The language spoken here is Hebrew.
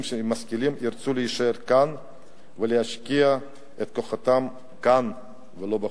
ומשכילים ירצו להישאר כאן ולהשקיע את כוחותיהם כאן ולא בחוץ.